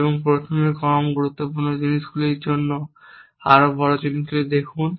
এবং প্রথমে কম গুরুত্বপূর্ণ জিনিসগুলির জন্য আরও বড় জিনিসগুলি দেখুন